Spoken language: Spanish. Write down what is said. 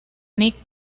nick